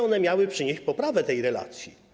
One miały przynieść poprawę tej relacji.